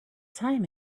time